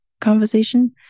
conversation